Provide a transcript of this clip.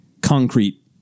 concrete